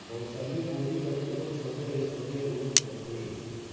बउसली कोड़ी कर एगोट छोटे ले छोटे रूप होथे